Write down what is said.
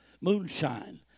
Moonshine